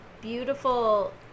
beautiful